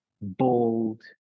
bold